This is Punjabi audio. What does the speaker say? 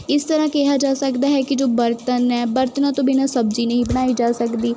ਇਸ ਤਰ੍ਹਾਂ ਕਿਹਾ ਜਾਂ ਸਕਦਾ ਹੈ ਕਿ ਜੋ ਬਰਤਨ ਹੈ ਬਰਤਨਾਂ ਤੋਂ ਬਿਨ੍ਹਾਂ ਸਬਜ਼ੀ ਨਹੀਂ ਬਣਾਈ ਜਾ ਸਕਦੀ